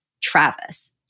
Travis